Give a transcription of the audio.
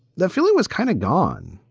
that feeling was kind of gone.